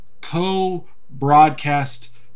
co-broadcast